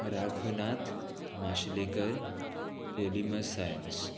राघुनाथ माशलेकर पोलीम सायन्स